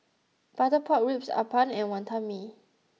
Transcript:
Butter Pork Ribs Appam and Wonton Mee